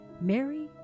Mary